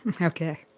okay